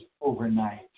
overnight